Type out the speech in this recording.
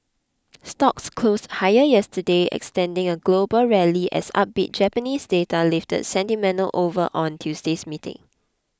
stocks closed higher yesterday extending a global rally as upbeat Japanese data lifted sentiment over on Tuesday's meeting